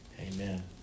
Amen